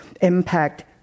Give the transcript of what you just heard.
impact